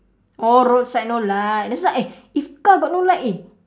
oh roadside no light that's why eh if car got no light eh